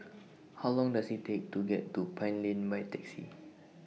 How Long Does IT Take to get to Pine Lane By Taxi